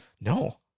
No